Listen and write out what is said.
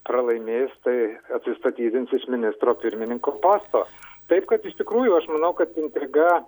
pralaimės tai atsistatydins iš ministro pirmininko posto taip kad iš tikrųjų aš manau kad intriga